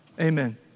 amen